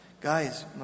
Guys